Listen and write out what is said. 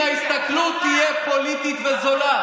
אם ההסתכלות תהיה פוליטית וזולה.